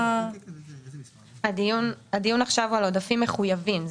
הדיון עכשיו הוא על עודפים מחויבים.